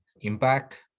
impact